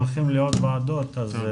האחרונות.